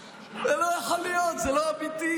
זה לא יכול להיות, זה לא אמיתי.